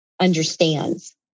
understands